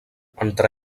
entre